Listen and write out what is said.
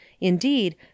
Indeed